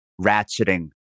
ratcheting